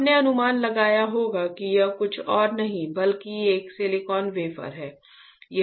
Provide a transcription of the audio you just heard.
आपने अनुमान लगाया होगा कि यह कुछ और नहीं बल्कि एक सिलिकॉन वेफर है